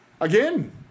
Again